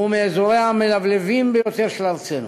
הוא מאזוריה המלבלבים ביותר של ארצנו,